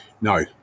No